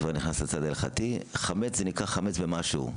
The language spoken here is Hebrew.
כבר נכנס לצלחתי, חמץ זה נקרא חמץ במשהו.